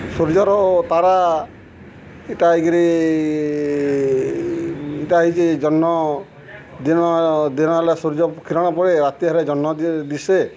ସୂର୍ଯ୍ୟର ତାରା ଇଟା ହେଇକିରି ଇଟା ହେଇଛେ ଜହ୍ନ ଦିନ ଦିନ ହେଲେ ସୂର୍ଯ୍ୟ କିରଣ ପଡ଼େ ରାତି ହେଲେ ଜହ୍ନ ଦିଶେ